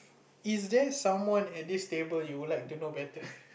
is there someone at this table you would like to know better